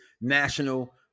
National